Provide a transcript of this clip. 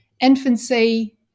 infancy